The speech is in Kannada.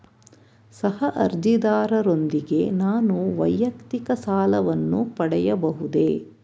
ಸಹ ಅರ್ಜಿದಾರರೊಂದಿಗೆ ನಾನು ವೈಯಕ್ತಿಕ ಸಾಲವನ್ನು ಪಡೆಯಬಹುದೇ?